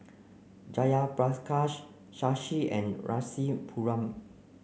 Jayaprakash Shashi and Rasipuram